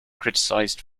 criticised